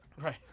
Right